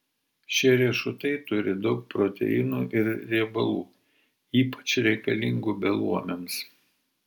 šie riešutai turi daug proteinų ir riebalų ypač reikalingų beluomiams